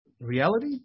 reality